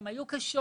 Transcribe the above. הן היו קשות,